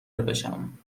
بشم